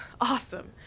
awesome